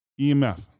EMF